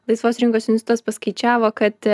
laisvos rinkos institutas paskaičiavo kad